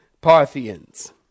Parthians